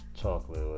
Chocolate